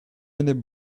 enep